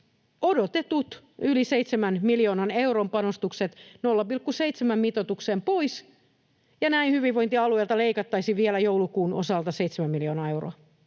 odotetut yli seitsemän miljoonan euron panostukset 0,7-mitoitukseen, ja näin hyvinvointialueilta leikattaisiin vielä joulukuun osalta seitsemän miljoonaa euroa.